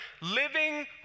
living